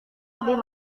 lebih